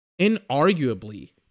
inarguably